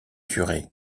curé